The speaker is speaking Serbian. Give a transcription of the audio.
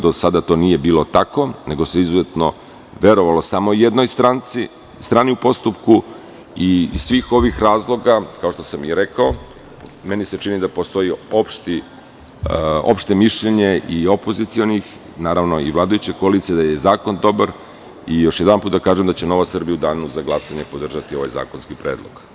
Do sada to nije bilo tako, nego se izuzetno verovalo samo jednoj strani u postupku i iz svih ovih razloga, kao što sam i rekao, meni se čini da postoji opšte mišljenje i opozicionih, naravno i vladajuće koalicije da je zakon dobar i još jedanput da kažem da će Nova Srbija u danu za glasanje podržati ovaj zakonski predlog.